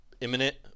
imminent